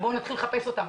בואו נתחיל לחפש אותם.